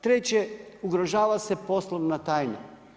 Treće ugrožava se poslovna tajna.